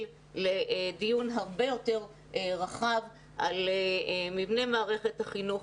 לדיון הרבה יותר רחב על מבנה מערכת החינוך.